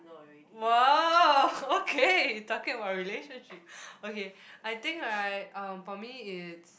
!wow! okay talking about relationship okay I think right uh for me it's